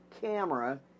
camera